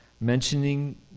mentioning